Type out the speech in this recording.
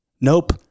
Nope